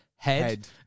Head